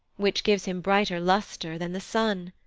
which gives him brighter lustre than the sun.